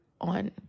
on